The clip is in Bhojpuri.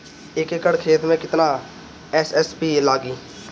एक एकड़ खेत मे कितना एस.एस.पी लागिल?